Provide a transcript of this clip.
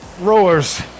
rowers